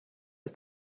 ist